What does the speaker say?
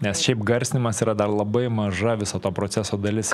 nes šiaip garsinimas yra dar labai maža viso to proceso dalis